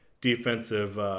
defensive